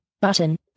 Button